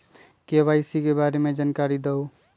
KYC के बारे में जानकारी दहु?